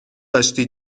داشتی